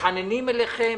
מתחננים אליכם.